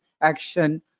action